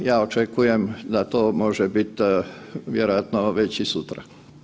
Ja očekujem da to može biti vjerojatno već i sutra.